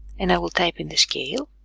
and i will type in the scale